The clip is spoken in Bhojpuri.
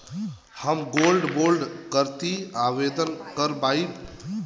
हम गोल्ड बोड करती आवेदन कर पाईब?